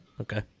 Okay